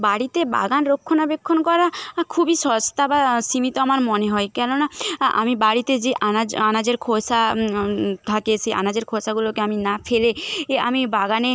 বাড়িতে বাগান রক্ষণাবেক্ষণ করা খুবই সস্তা বা সীমিত আমার মনে হয় কেননা আমি বাড়িতে যে আনাজ আনাজের খোসা থাকে সে আমাজের খোসাগুলোকে আমি না ফেলে এ আমি বাগানে